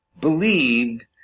believed